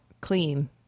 clean